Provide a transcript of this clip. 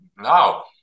Now